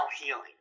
healing